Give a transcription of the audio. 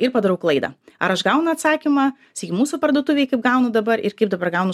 ir padarau klaidą ar aš gaunu atsakymą sakykim mūsų parduotuvėj kaip gaunu dabar ir kaip dabar gaunu